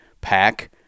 pack